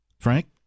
frank